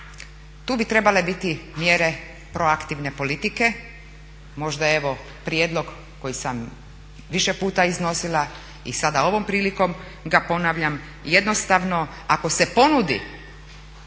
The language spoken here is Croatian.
Tu bi trebale biti mjere proaktivne politike, možda evo prijedlog koji sam više puta iznosila i sada ovom prilikom ga ponavljam jednostavno ako se ponudi